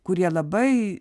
kurie labai